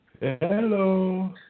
Hello